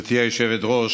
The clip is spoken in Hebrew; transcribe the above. גברתי היושבת-ראש,